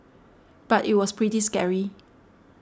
but it was pretty scary